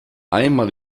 einmal